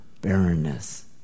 barrenness